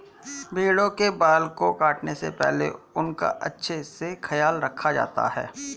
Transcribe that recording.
भेड़ों के बाल को काटने से पहले उनका अच्छे से ख्याल रखा जाता है